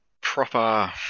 proper